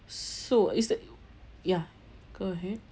so is the ya go ahead